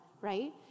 right